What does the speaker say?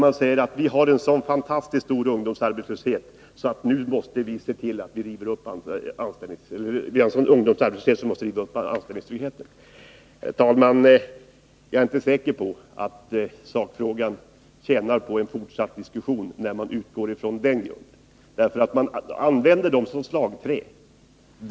Man säger att vi har en så fantastiskt stor ungdomsarbetslöshet att vi nu måste se till att riva upp anställningstryggheten. Herr talman! Jag är inte säker på att sakfrågan tjänar på en fortsatt diskussion när man utgår från den grunden.